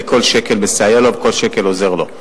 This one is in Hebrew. וכל שקל מסייע לו וכל שקל עוזר לו.